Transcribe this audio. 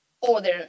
order